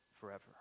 forever